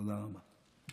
תודה רבה.